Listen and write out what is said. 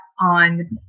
on